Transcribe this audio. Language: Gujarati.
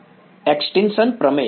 વિદ્યાર્થી એક્સ્ટીંશન પ્રમેય